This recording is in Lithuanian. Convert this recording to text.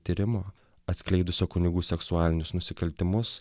tyrimo atskleidusio kunigų seksualinius nusikaltimus